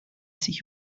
sich